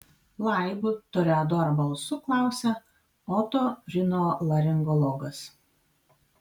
laibu toreadoro balsu klausia otorinolaringologas